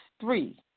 three